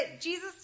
Jesus